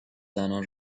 زنان